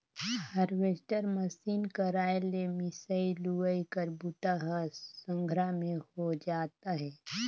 harvester machine कर आए ले मिंसई, लुवई कर बूता ह संघरा में हो जात अहे